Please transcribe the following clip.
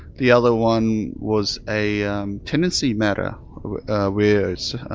the other one was a um tenancy matter arrears,